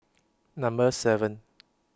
Number seven